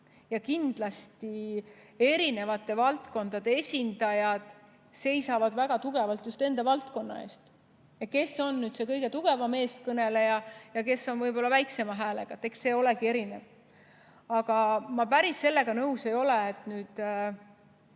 ja kindlasti eri valdkondade esindajad seisavad väga tugevalt just enda valdkonna eest. Kes on see kõige tugevam eestkõneleja ja kes on väiksema häälega, eks see olegi erinev. Ma päris sellega nõus ei ole, et ta